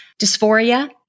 Dysphoria